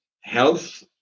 health